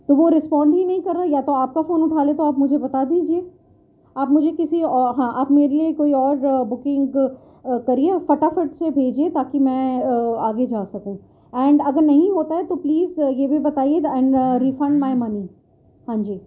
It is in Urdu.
تو وہ ریسپونڈ ہی نہیں کر رہا یا تو آپ کا فون اٹھا لے تو آپ مجھے بتا دیجیے آپ مجھے کسی ہاں آپ میرے لیے کوئی اور بکنگ کریے اور فٹافٹ سے بھیجیے تاکہ میں آگے جا سکوں اینڈ اگر نہیں ہوتا ہے تو پلیز یہ بھی بتائیےگا اینڈ ریفنڈ مائی منی ہاں جی